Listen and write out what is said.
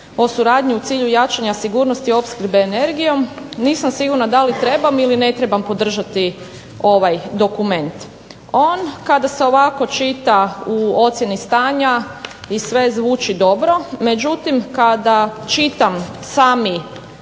o suradnji u cilju jačanja sigurnosti opskrbe energijom, nisam sigurna da li trebam ili ne trebam podržati ovaj dokument. On kada se ovako čita u ocjeni stanja i sve zvuči dobro, međutim kada čitam sami